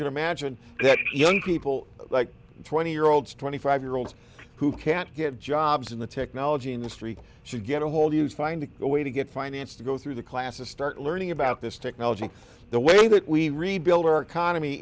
can imagine that young people like twenty year olds twenty five year olds who can't get jobs in the technology industry should get a hold use find a way to get finance to go through the classes start learning about this technology the way that we rebuild our economy